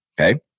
Okay